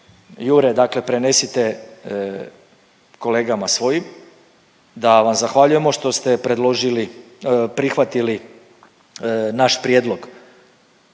Jure dakle prenesite kolegama svojim, da vam zahvaljujemo što ste predložili, prihvatili naš prijedlog